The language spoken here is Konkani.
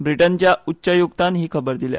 ब्रिटनाच्या उच्चायुक्तांन ही खबर दिल्या